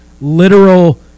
literal